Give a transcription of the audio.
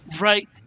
Right